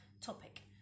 topic